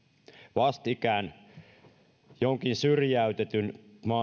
vastikään jonkin maan syrjäytetyn